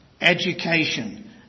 education